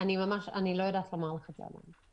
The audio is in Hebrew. אני לא יודעת לומר את זה עדיין.